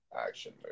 action